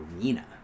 arena